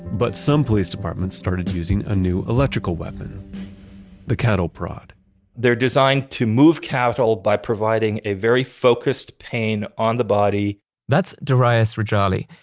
but some police departments started using a new electrical weapon the cattle prod they're designed to move cattle by providing a very focused pain on the body that's darius rejali.